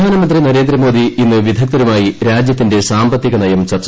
പ്രധാനമന്ത്രി നരേന്ദ്രമോദി ഇന്ന് വിദഗ്ദ്ധരുമായി രാജ്യത്തിന്റെ സാമ്പത്തികനയം ചർച്ചു ചെയ്യും